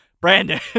Brandon